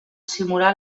simular